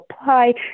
apply